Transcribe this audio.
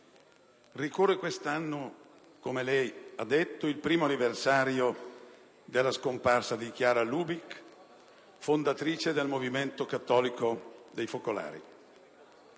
ricorre quest'anno, come lei ha detto, il primo anniversario della scomparsa di Chiara Lubich, fondatrice del Movimento cattolico dei focolari.